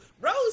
rose